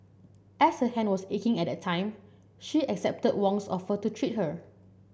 as her hand was aching at that time she accepted Wong's offer to treat her